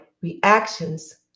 reactions